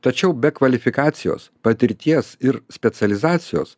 tačiau be kvalifikacijos patirties ir specializacijos